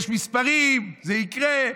יש מספרים, זה יקרה.